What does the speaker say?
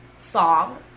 Song